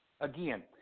again